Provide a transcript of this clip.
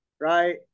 Right